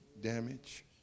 damage